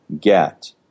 get